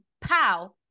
pow